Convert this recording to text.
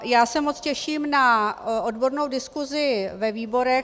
Já se moc těším na odbornou diskuzi ve výborech.